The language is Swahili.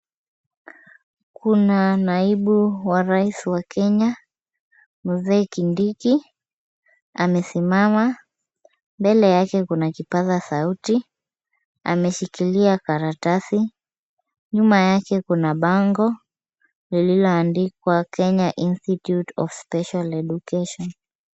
Kuna naibu wa rais wa Kenya mzee Kindiki amesimama. Mbele yake kuna kipaza sauti. Ameshikilia karatasi. Nyuma yake kuna bango lililoandikwa Kenya institute of special education .